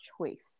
choice